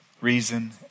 reason